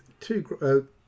two